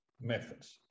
methods